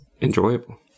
enjoyable